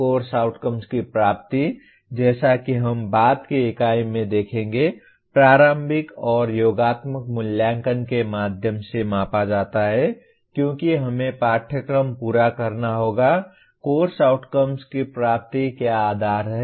course outcomes की प्राप्ति जैसा कि हम बाद की इकाई में देखेंगे प्रारंभिक और योगात्मक मूल्यांकन के माध्यम से मापा जाता है क्योंकि हमें पाठ्यक्रम पूरा करना होगा कोर्स आउटकम्स की प्राप्ति क्या आधार है